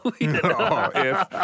No